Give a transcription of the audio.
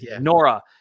Nora